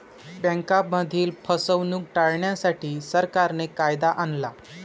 बँकांमधील फसवणूक टाळण्यासाठी, सरकारने कायदा आणला